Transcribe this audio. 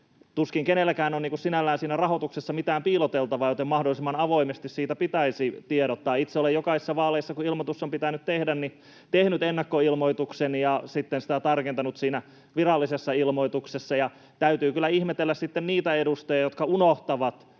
tuskin kenelläkään on sinällään siinä rahoituksessa mitään piiloteltavaa, joten mahdollisimman avoimesti siitä pitäisi tiedottaa. Itse olen jokaisissa vaaleissa, kun ilmoitus on pitänyt tehdä, tehnyt ennakkoilmoituksen ja sitten sitä tarkentanut siinä virallisessa ilmoituksessa, ja täytyy kyllä ihmetellä sitten niitä edustajia, jotka unohtavat